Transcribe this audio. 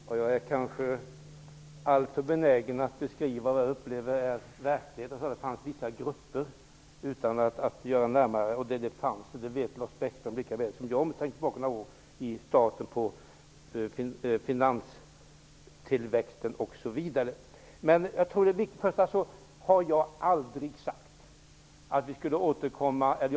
Herr talman! Jag är kanske alltför benägen att beskriva hur jag upplever det i verkligheten. Lars Bäckström sade att det fanns vissa grupper utan att närmare precisera. Det vet Lars Bäckström lika väl som jag.